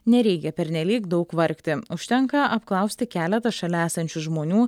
nereikia pernelyg daug vargti užtenka apklausti keletą šalia esančių žmonių